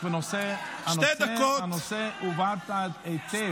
הנושא הובהר היטב.